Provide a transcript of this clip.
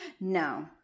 No